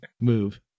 move